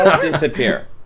disappear